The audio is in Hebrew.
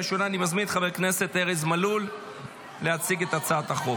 חבר הכנסת בן ברק,